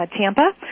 Tampa